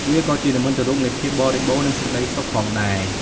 វាក៏ជានិមិត្តរូបនៃភាពបរិបូរណ៍ និងសេចក្តីសុខផងដែរ។